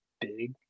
big